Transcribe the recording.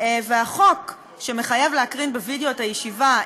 והחוק שמחייב להקרין בווידיאו את הישיבה,